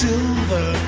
Silver